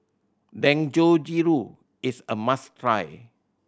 dangojiru is a must try